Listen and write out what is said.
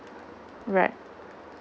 right